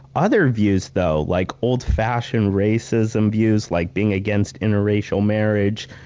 other views though like old-fashioned racism views like being against interracial marriage,